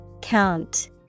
Count